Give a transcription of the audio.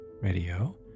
radio